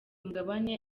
mugabane